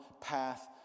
path